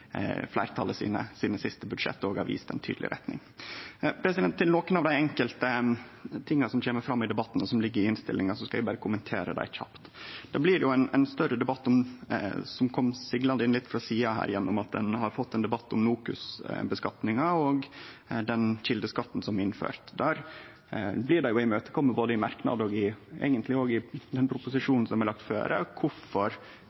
av dei enkelte tinga som kjem fram i debatten, og som ligg i innstillinga. Det blei jo ein større debatt som kom siglande inn litt frå sida her, gjennom at ein har fått ein debatt om NOKUS-skattlegginga og kjeldeskatten som er innført der. Det blir imøtekome både i merknad og eigentleg også i proposisjonen som er lagt føre, kvifor ein ikkje vil ha ei ordning som vil medføre dobbeltskattlegging. Der viser ein òg til skattelova § 10-65, om korleis desse reglane i